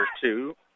two